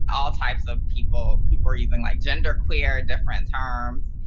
all types of people, people were even like gender queer, different terms.